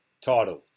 title